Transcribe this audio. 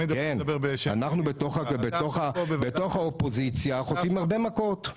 בתוך האופוזיציה חוטפים הרבה מכות.